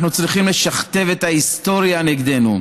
אנחנו צריכים לשכתב את ההיסטוריה נגדנו,